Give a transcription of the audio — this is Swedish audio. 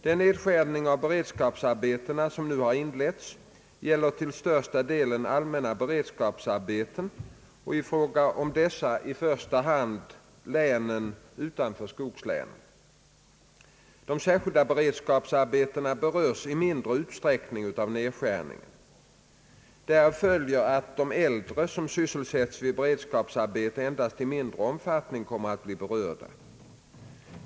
Den nedskärning av beredskapsarbetena som nu har inletts gäller till största delen allmänna beredskapsarbeten och i fråga om dessa i första hand länen utanför skogslänen. De särskilda beredskapsarbetena berörs i mindre utsträckning av nedskärningen. Därav följer att de äldre som sysselsätts vid beredskapsarbeten endast i mindre omfattning kommer att bli berörda.